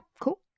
cool